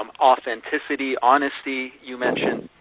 um authenticity, honesty you mentioned,